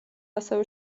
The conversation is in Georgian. ასევე